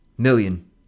million